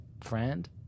friend